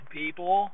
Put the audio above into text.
people